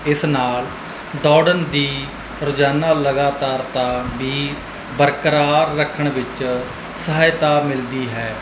ਇਸ ਨਾਲ ਦੌੜਨ ਦੀ ਰੋਜ਼ਾਨਾ ਲਗਾਤਾਰਤਾ ਵੀ ਬਰਕਰਾਰ ਰੱਖਣ ਵਿੱਚ ਸਹਾਇਤਾ ਮਿਲਦੀ ਹੈ